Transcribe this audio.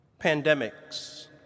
pandemics